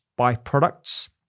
byproducts